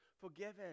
forgiven